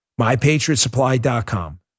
MyPatriotSupply.com